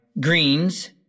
greens